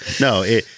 No